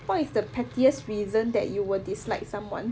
what is the pettiest reason that you would dislike someone